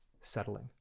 settling